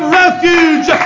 refuge